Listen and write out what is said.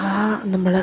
ആ നമ്മൾ